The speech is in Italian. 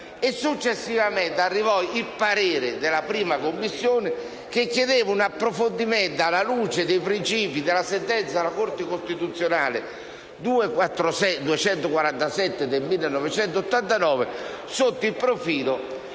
Successivamente è pervenuto il parere della 1a Commissione, che chiedeva un approfondimento alla luce dei principi della sentenza della Corte costituzionale n. 247 del 1989 sotto il profilo